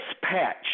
dispatch